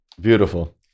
beautiful